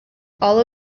all